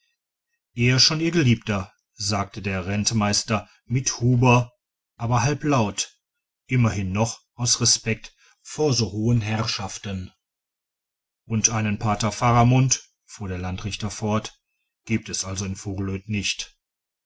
eher schon ihr geliebter sagte der rentmeister mitterhuber aber halblaut immerhin noch aus respekt vor so hohen herrschaften und einen pater faramund fuhr der landrichter fort gibt es also in vogelöd nicht